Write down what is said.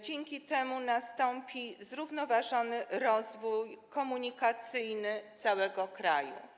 Dzięki temu nastąpi zrównoważony rozwój komunikacyjny całego kraju.